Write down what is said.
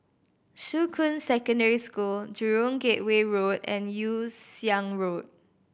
Shuqun Secondary School Jurong Gateway Road and Yew Siang Road